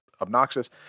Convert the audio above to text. obnoxious